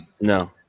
No